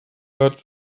but